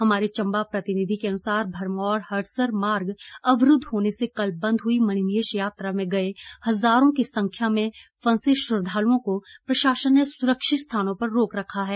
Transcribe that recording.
हमारे चंबा प्रतिनिधि के अनुसार भरमौर हड़सर मार्ग अवरुद्ध होने से कल बंद हुई मणिमहेश यात्रा में गए हजारों की संख्या में फंसे श्रद्वालुओं को प्रशासन ने सुरक्षित स्थानों पर रोक रखा है